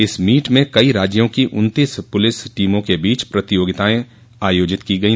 इस मीट में कई राज्यों की उन्तीस पुलिस टीमों के बीच प्रतियोगितायें आयोजित की गई